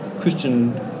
Christian